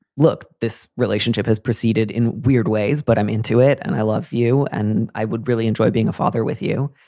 look, this relationship has proceeded in weird ways, but i'm into it and i love you. and i would really enjoy being a father with you.